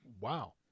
Wow